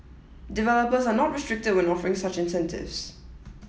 developers are not restricted when offering such incentives